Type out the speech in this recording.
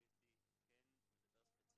לכן חשבנו שבזמנו ההחלטה שהתקבלה